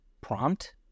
prompt